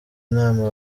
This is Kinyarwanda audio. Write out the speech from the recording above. nama